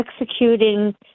executing